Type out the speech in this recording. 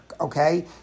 Okay